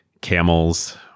Camels